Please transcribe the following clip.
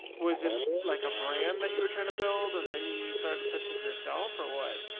was it like a brand that you were trying to build and then he started printing for yourself or what?